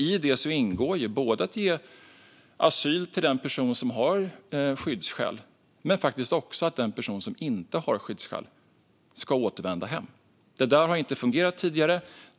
I det ingår att ge asyl till den person som har skyddsskäl men faktiskt också att den person som inte har skyddsskäl ska återvända hem. Detta har inte fungerat tidigare.